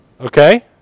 Okay